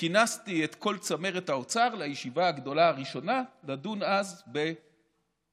כינסתי את כל צמרת האוצר לישיבה הגדולה הראשונה לדון אז בהגשת,